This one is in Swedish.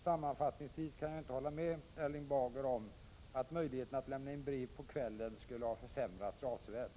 Sammanfattningsvis kan jag inte hålla med Erling Bager om att möjligheterna att lämna in brev på kvällen skulle ha försämrats avsevärt.